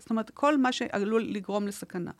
זאת אומרת, כל מה שעלול לגרום לסכנה.